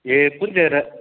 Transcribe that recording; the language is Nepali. ए कुन चाहिँ